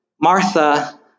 Martha